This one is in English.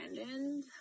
abandoned